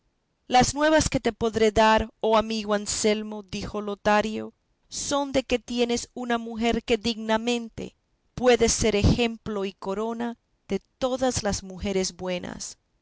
las nuevas que te podré dar oh amigo anselmo dijo lotario son de que tienes una mujer que dignamente puede ser ejemplo y corona de todas las mujeres buenas